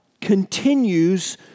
continues